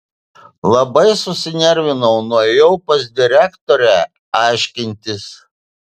labai susinervinau nuėjau pas direktorę aiškintis